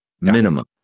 minimum